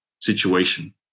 situation